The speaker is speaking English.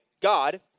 God